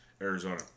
Arizona